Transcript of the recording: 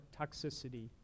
toxicity